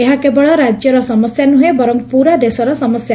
ଏହା କେବଳ ରାଜ୍ୟର ସମସ୍ୟା ନୁହଁ ବରଂ ପୁରା ଦେଶର ସମସ୍ୟା